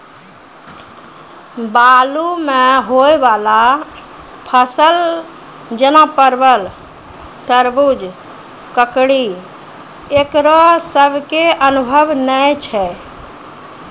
बालू मे होय वाला फसल जैना परबल, तरबूज, ककड़ी ईकरो सब के अनुभव नेय छै?